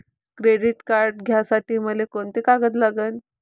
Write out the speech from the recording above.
Credit card घ्यासाठी मले कोंते कागद लागन?